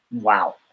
Wow